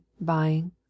buying